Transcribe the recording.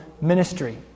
ministry